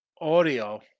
audio